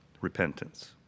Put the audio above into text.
repentance